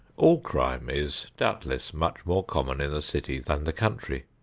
all crime is doubtless much more common in the city than the country,